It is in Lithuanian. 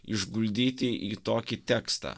išguldyti į tokį tekstą